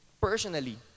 personally